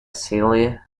celia